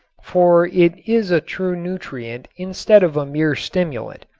for it is a true nutrient instead of a mere stimulant.